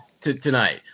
tonight